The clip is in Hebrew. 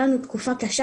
שהייתה עבורנו תקופה קשה,